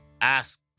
ask